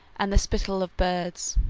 and the spittle of birds.